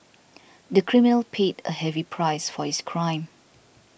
the criminal paid a heavy price for his crime